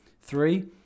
Three